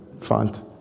font